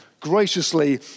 graciously